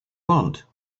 want